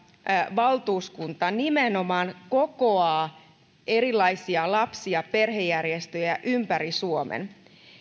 valtuuskunta nimenomaan kokoaa erilaisia lapsi ja perhejärjestöjä ympäri suomen